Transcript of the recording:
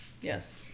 Yes